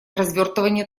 развертывания